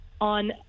on